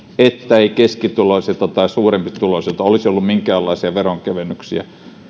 ettei keskituloisilla tai suurempituloisilla olisi ollut minkäänlaisia veronkevennyksiä